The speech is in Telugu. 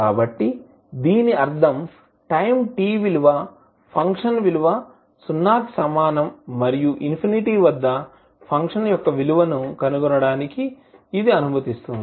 కాబట్టి దీని అర్థం టైం t విలువ ఫంక్షన్ విలువ 0 కి సమానం మరియు ఇన్ఫినిటీ వద్ద ఫంక్షన్ యొక్క విలువను కనుగొనడానికి ఇది అనుమతిస్తుంది